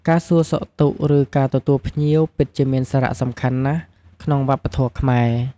ការសួរសុខទុក្ខ ឬ ការទទួលភ្ញៀវពិតជាមានសារៈសំខាន់ណាស់ក្នុងវប្បធម៌ខ្មែរ។